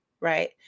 right